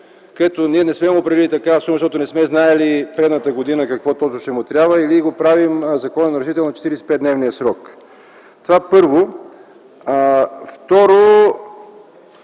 където не сме му определили такава сума, защото не сме знаели в предишната година какво точно ще му трябва, или го правим закононарушител на 45-дневния срок. Това, първо. Второ,